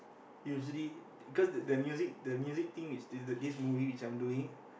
usually cause the the music the music thing is still this movie which I'm doing